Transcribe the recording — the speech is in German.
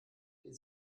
die